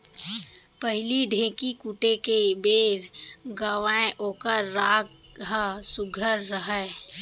पहिली ढ़ेंकी कूटे के बेर गावयँ ओकर राग ह सुग्घर रहय